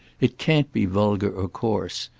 it can't be vulgar or coarse.